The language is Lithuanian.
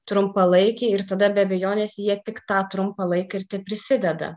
trumpalaikiai ir tada be abejonės jie tik tą trumpą laiką ir teprisideda